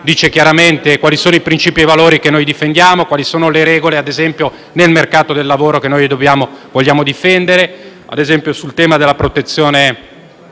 dice chiaramente quali sono i principi e i valori che difendiamo e quali sono le regole, ad esempio, nel mercato del lavoro che vogliamo difendere. Mi riferisco, ad esempio, alla protezione